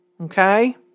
okay